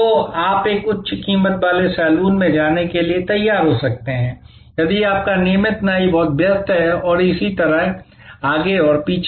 तो आप एक उच्च कीमत वाले सैलून में जाने के लिए तैयार हो सकते हैं यदि आपका नियमित नाई बहुत व्यस्त है और इसी तरह आगे और पीछे